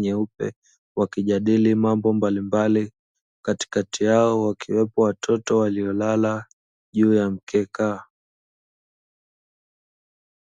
vyeupe, wakijadili mambo mbalimbali katikati yao wakiwepo watoto walio lala juu ya mkeka.